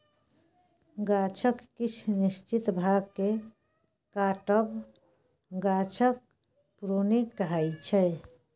गाछक किछ निश्चित भाग केँ काटब गाछक प्रुनिंग कहाइ छै